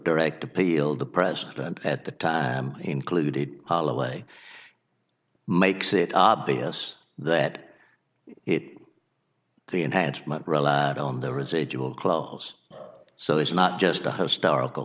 direct appeal the president at the time included hollaway makes it obvious that it the enhancement relied on the residual close so it's not just a historical